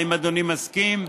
האם אדוני מסכים?